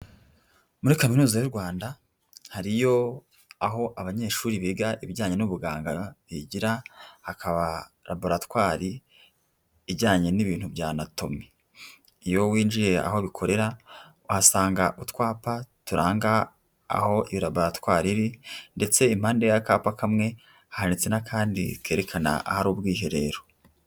Muri kaminuza y'u Rwanda hariyo aho abanyeshuri biga ibijyanye n'ubuganga bigira, hakaba raboratwari ijyanye n'ibintu bya anatomi. Iyo winjiye aho bikorera, uhasanga utwapa turanga aho iyo raboratwari iri. Ndetse impande y'akapa kamwe handitse n'akandi kerekana ahari ubwiherero.